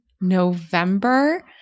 November